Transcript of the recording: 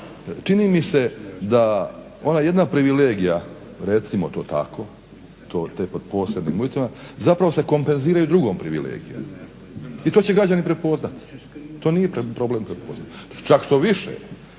čini mi se da ona jedna privilegija recimo to tako, te pod posebnim uvjetima, zapravo se kompenziraju drugom privilegijom i to će građani prepoznat, to nije problem prepoznati. Čak štoviše